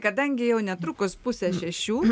kadangi jau netrukus pusę šešių